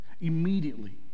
immediately